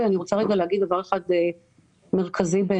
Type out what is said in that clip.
ואני רוצה לומר דבר אחד שבעיניי הוא מרכזי.